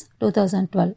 2012